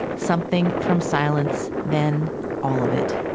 something from silence then all of it.